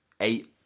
eight